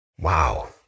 Wow